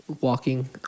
walking